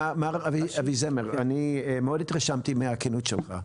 מר אביזמר, אני מאוד התרשמתי מהכנות שלך.